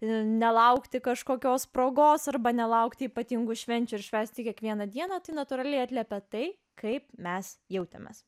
nelaukti kažkokios progos arba nelaukti ypatingų švenčių ir švęsti kiekvieną dieną tai natūraliai atliepia tai kaip mes jautėmės